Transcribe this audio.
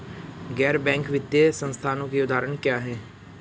गैर बैंक वित्तीय संस्थानों के उदाहरण क्या हैं?